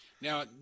Now